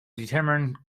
determine